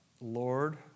Lord